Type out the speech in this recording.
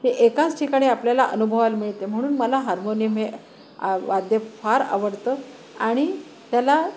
हेी एकाच ठिकाणी आपल्याला अनुभवायला मिळते म्हणून मला हार्मोनियम हे आ वाद्य फार आवडतं आणि त्याला